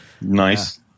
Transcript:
Nice